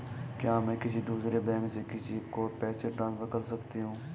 क्या मैं किसी दूसरे बैंक से किसी को पैसे ट्रांसफर कर सकती हूँ?